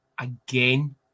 again